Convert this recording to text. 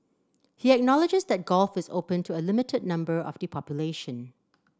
he acknowledges that golf is open to a limited number of the population